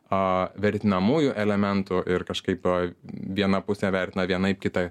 vertinamųjų elementų ir kažkaip viena pusė vertina vienaip kitą